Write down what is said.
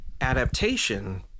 adaptation